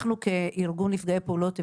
אנחנו כארגון נפגעי פעולות האיבה,